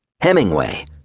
Hemingway